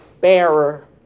bearer